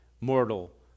mortal